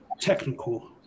technical